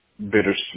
bittersweet